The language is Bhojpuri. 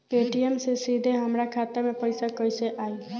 पेटीएम से सीधे हमरा खाता मे पईसा कइसे आई?